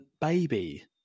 Baby